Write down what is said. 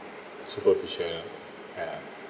supposed to share lah ya